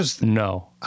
No